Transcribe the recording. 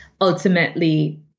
ultimately